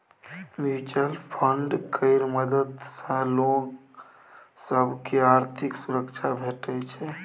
mutual fund केर मदद सँ लोक सब केँ आर्थिक सुरक्षा भेटै छै